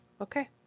Okay